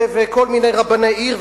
וכל מיני רבני עיר,